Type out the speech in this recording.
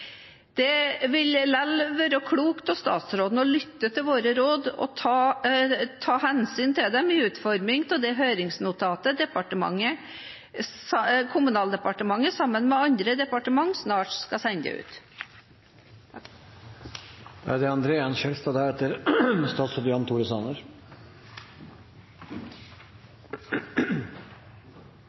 Det vil likevel være klokt av statsråden å lytte til våre råd og ta hensyn til dem i utformingen av det høringsnotatet Kommunaldepartementet sammen med andre departementer snart skal sende ut. Venstre mener det er